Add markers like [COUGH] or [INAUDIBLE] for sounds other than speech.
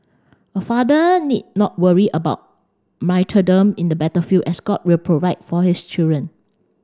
a father need not worry about [UNINTELLIGIBLE] in the battlefield as God will provide for his children